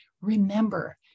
Remember